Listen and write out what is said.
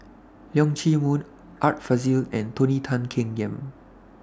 Leong Chee Mun Art Fazil and Tony Tan Keng Yam